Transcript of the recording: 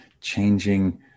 changing